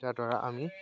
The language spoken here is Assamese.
যাৰ দ্বাৰা আমি